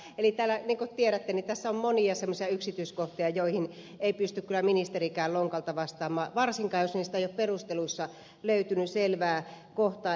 niin kuin tiedätte tässä on monia semmoisia yksityiskohtia joihin ei pysty kyllä ministerikään lonkalta vastaamaan varsinkaan jos niistä ei ole perusteluissa löytynyt selvää kohtaa